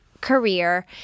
career